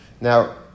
Now